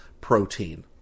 protein